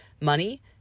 Money